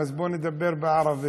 אז בואו נדבר בערבית.